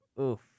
Oof